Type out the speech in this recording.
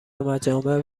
مجامع